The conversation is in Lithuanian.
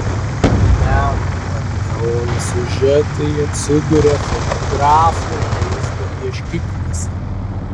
meno panteonų siužetai atsiduria fotografų vaizdo ieškikliuose